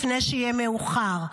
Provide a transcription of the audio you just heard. לפני שיהיה מאוחר.